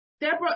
deborah